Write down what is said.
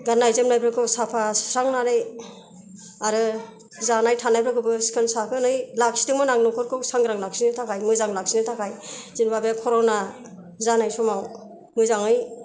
गाननाय जोमनायफोरखौ साफा सुस्रांनानै आरो जानाय थानायफोरखौबो सिखोन साखोनै लाखिदोंमोन आं न'खरखौ सांग्रां लाखिनो थाखाय मोजां लाखिनो थाखाय जेन'बा बे कर'ना जानाय समाव मोजाङै